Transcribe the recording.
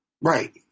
Right